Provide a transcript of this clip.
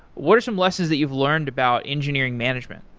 what are some lessons that you've learned about engineering management?